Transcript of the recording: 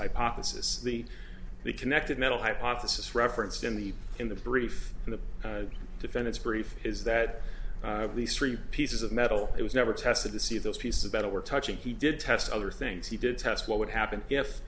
hypothesis the the connected metal hypothesis referenced in the in the brief in the defendant's brief is that these three pieces of metal it was never tested to see those piece of metal were touching he did test other things he did test what would happen if